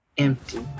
empty